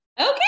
Okay